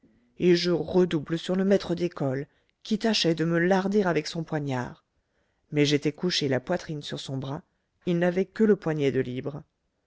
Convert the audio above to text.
et je redouble sur le maître d'école qui tâchait de me larder avec son poignard mais j'étais couché la poitrine sur son bras il n'avait que le poignet de libre